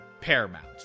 Paramount